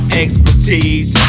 expertise